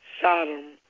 Sodom